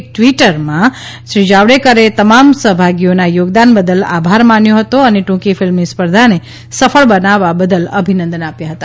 એક ટ્વીટમાં શ્રી જાવડેકરે તમામ સહભાગીઓના યોગદાન બદલ આભાર માન્યો હતો અને ટૂંકી ફિલ્મની સ્પર્ધાને સફળ બનાવવા બદલ અભિનંદન આપ્યા હતા